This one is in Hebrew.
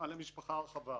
המשפחה הרחבה.